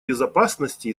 безопасности